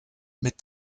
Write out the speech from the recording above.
mit